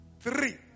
three